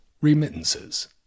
Remittances